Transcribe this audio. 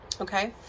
Okay